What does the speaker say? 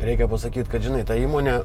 reikia pasakyt kad žinai ta įmonė